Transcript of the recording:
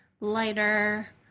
lighter